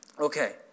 Okay